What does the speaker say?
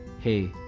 Hey